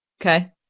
Okay